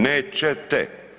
Nećete.